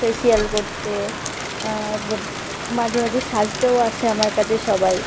facial করতে মাঝে মাঝে সাজতেও আসে আমার কাছে সবাই